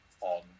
on